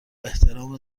احترام